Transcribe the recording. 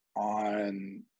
on